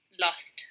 lost